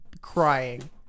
crying